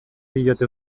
diote